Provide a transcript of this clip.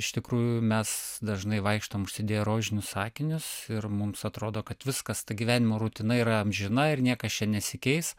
iš tikrųjų mes dažnai vaikštom užsidėję rožinius akinius ir mums atrodo kad viskas ta gyvenimo rutina yra amžina ir niekas čia nesikeis